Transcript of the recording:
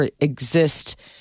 exist